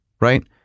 right